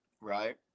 Right